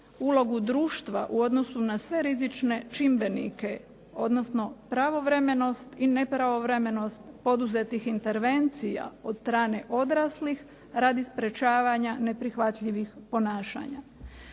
ulogu društva u odnosu na sve rizične čimbenike odnosno pravovremenost i nepravovremenost poduzetih intervencija od strane odraslih radi sprečavanja neprihvatljivih ponašanja.